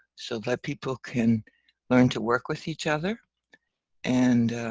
so the people can learn to work with each other and.